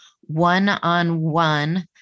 one-on-one